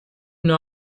nur